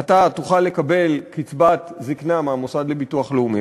אתה תוכל לקבל קצבת זיקנה מהמוסד לביטוח לאומי,